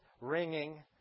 ringing